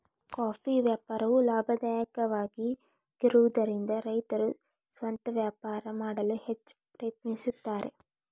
coffee ವ್ಯಾಪಾರವು ಲಾಭದಾಯಕವಾಗಿರುವದರಿಂದ ರೈತರು ಸ್ವಂತ ವ್ಯಾಪಾರ ಮಾಡಲು ಹೆಚ್ಚ ಪ್ರಯತ್ನಿಸುತ್ತಾರೆ